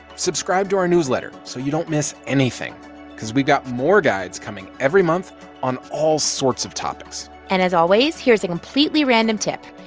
subscribe to our newsletter, so you don't miss anything because we've got more guides coming every month on all sorts of topics and as always, here's a completely random tip,